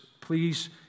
Please